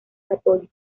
católicos